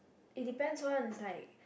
is depend one is like